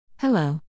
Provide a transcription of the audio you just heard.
Hello